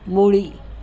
ॿुड़ी